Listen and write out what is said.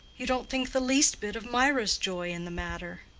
you don't think the least bit of mirah's joy in the matter.